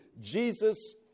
Jesus